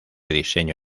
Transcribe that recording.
diseño